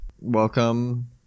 Welcome